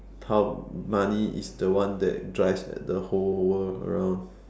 how money is the one that drives the whole world around